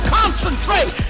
concentrate